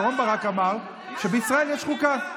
אהרן ברק אמר שבישראל יש חוקה.